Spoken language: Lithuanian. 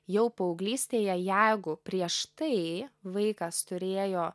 jau paauglystėje jeigu prieš tai vaikas turėjo